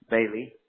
Bailey